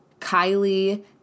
Kylie